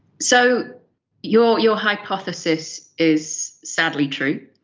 so your your hypothesis is sadly true.